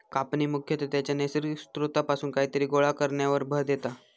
कापणी मुख्यतः त्याच्या नैसर्गिक स्त्रोतापासून कायतरी गोळा करण्यावर भर देता